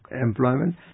employment